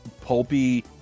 pulpy